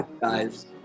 Guys